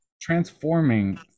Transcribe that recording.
transforming